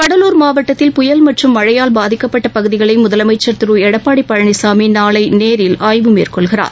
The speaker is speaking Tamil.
கடலூர் மாவட்டத்தில் புயல் மற்றம் மழையால் பாதிக்கப்பட்ட பகுதிகளை முதலமைச்ச் திரு எடப்பாடி பழனிசாமி நாளை நேரில் ஆய்வு மேற்கொள்கிறார்